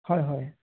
হয় হয়